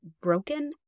broken